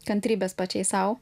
kantrybės pačiai sau